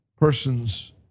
persons